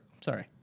Sorry